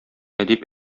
әдип